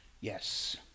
Yes